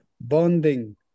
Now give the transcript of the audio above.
bonding